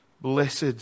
Blessed